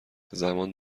زمان